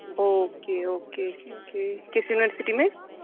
okay okay okay کس university میں